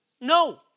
No